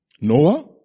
Noah